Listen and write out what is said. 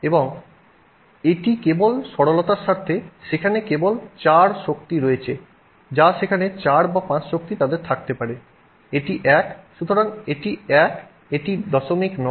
এবং এটি কেবল সরলতার স্বার্থে সেখানে কেবল 4 শক্তি রয়েছে যা সেখানে 4 বা 5 শক্তি তাদের থাকতে পারে এটি 1 সুতরাং এটি 1 এটি 09 এবং এটি 08